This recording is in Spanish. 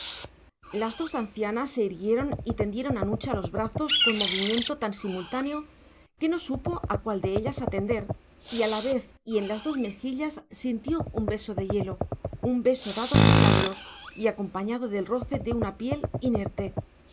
las dos ancianas se irguieron y tendieron a nucha los brazos con movimiento tan simultáneo que no supo a cuál de ellas atender y a la vez y en las dos mejillas sintió un beso de hielo un beso dado sin labios y acompañado del roce de una piel inerte